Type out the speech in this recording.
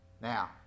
Now